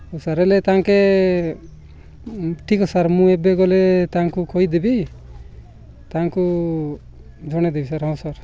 ହଉ ସାର୍ ହେଲେ ତାଙ୍କେ ଠିକ୍ ଅଛି ସାର୍ ମୁଁ ଏବେ ଗଲେ ତାଙ୍କୁ କହିଦେବି ତାଙ୍କୁ ଜଣାଇଦେବି ସାର୍ ହଁ ସାର୍